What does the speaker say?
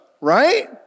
right